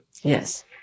Yes